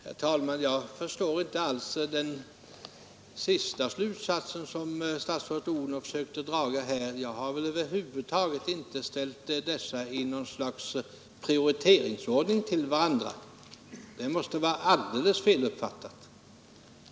Herr talman! Jag förstår inte alls den slutsats som statsrådet Odhnoff försökte dra i sitt senaste inlägg. Jag har över huvud taget inte ställt dessa kostnader i något slags prioriteringsordning till varandra. Det måste vara alldeles feluppfattat.